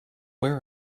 where